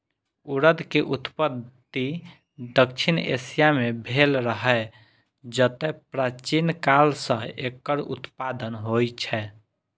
उड़द के उत्पत्ति दक्षिण एशिया मे भेल रहै, जतय प्राचीन काल सं एकर उत्पादन होइ छै